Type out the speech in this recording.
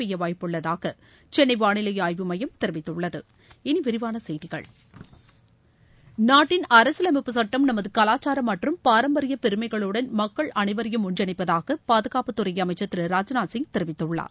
பெய்ய வாய்ப்புள்ளதாக சென்னை வானிலை ஆய்வு மையம் தெரிவித்துள்ளது இனி விரிவான செய்திகள் நாட்டின் அரசியலமைப்பு சுட்டம் நமது கலாச்சாரம் மற்றும் பாரம்பரிய பெருமைகளுடன் மக்கள் அனைவரையும் ஒன்றிணைப்பதாக பாதுகாப்புத் துறை அமைச்சர் திரு ராஜ்நாத் சிங் தெரிவித்துள்ளார்